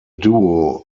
duo